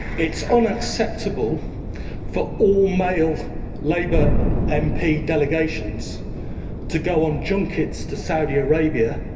it is unacceptable for all male labour mp delegations to go on junkits to saudi arabia,